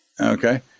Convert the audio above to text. Okay